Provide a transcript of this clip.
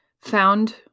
found